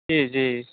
جی جی